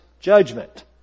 judgment